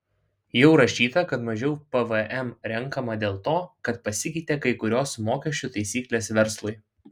jau rašyta kad mažiau pvm renkama dėl to kad pasikeitė kai kurios mokesčių taisyklės verslui